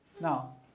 Now